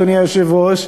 אדוני היושב-ראש,